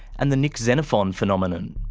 and the nick xenophon phenomenon.